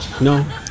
No